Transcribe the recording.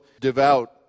devout